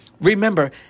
Remember